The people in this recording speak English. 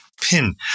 pin